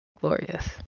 glorious